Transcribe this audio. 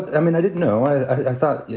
ah i mean, i didn't know. i thought, yeah